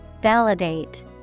Validate